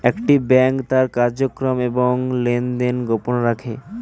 একটি ব্যাংক তার কার্যক্রম এবং লেনদেন গোপন রাখে